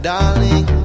Darling